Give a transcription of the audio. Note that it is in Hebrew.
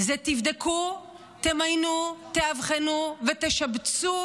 זה: תבדקו, תמיינו, תאבחנו ותשבצו